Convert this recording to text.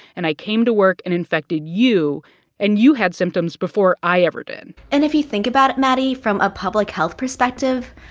and i came to work and infected you and you had symptoms before i ever did and if you think about it, maddie, from a public health perspective,